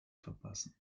verpassen